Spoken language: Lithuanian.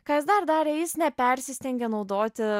kas jis dar darė jis nepersistengė naudoti